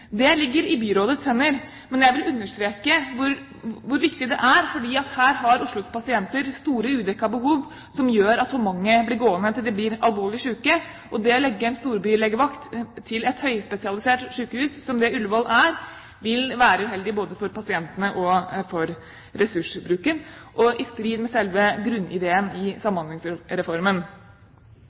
Det ligger i byrådets hender. Men jeg vil understreke hvor viktig det er, for her har Oslos pasienter store udekkede behov som gjør at for mange blir gående til de blir alvorlig syke. Det å legge en storbylegevakt til et høyspesialisert sykehus som Ullevål er, vil være uheldig både for pasientene og for ressursbruken og i strid med selve grunnideen i Samhandlingsreformen.